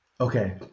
Okay